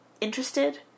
interested